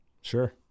Sure